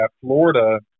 Florida